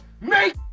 Make